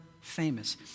famous